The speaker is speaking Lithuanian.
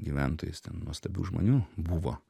gyventojais ten nuostabių žmonių buvo